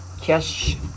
Cash